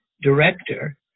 director